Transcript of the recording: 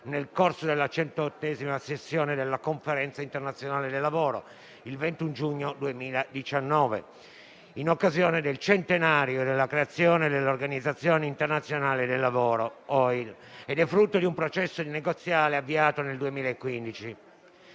nel corso della 108° sessione della Conferenza internazionale del lavoro il 21 giugno 2019, in occasione del centenario della creazione dell'Organizzazione internazionale del lavoro (OIL), e che è frutto di un processo negoziale avviato nel 2015.